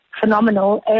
phenomenal